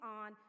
on